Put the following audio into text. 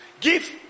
Give